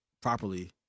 properly